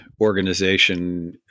organization